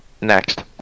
Next